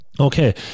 Okay